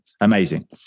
Amazing